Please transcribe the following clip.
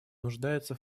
нуждается